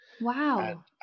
Wow